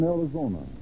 Arizona